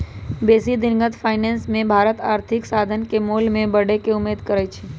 बेशी दिनगत फाइनेंस मे भारत आर्थिक साधन के मोल में बढ़े के उम्मेद करइ छइ